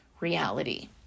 reality